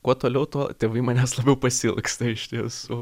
kuo toliau tuo tėvai manęs labiau pasiilgsta iš tiesų